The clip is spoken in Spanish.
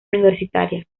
universitaria